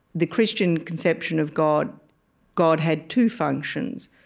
the christian conception of god god had two functions.